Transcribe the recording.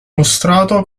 mostrato